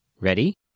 Ready